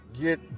get